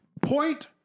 point